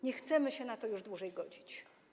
Nie chcemy się na to już dłużej godzić.